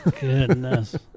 Goodness